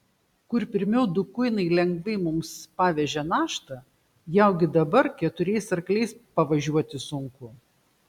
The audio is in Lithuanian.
kur pirmiau du kuinai lengvai mums pavežė naštą jaugi dabar keturiais arkliais pavažiuoti sunku